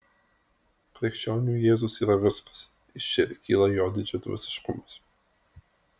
krikščioniui jėzus yra viskas ir iš čia kyla jo didžiadvasiškumas